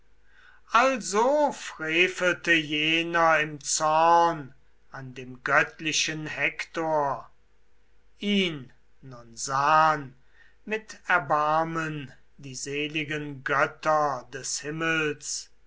also frevelte jener im zorn an dem göttlichen hektor ihn nun sahn mit erbarmen die seligen götter des himmels